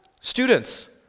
Students